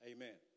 Amen